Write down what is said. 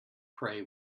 prey